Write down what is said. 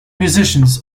musicians